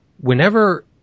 Whenever